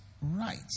right